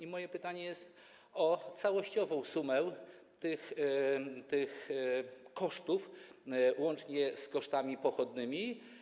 I pytanie jest o całościową sumę tych kosztów, łącznie z kosztami pochodnymi.